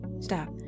stop